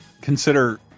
consider